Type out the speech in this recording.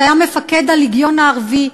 שהיה מפקד הלגיון הערבי,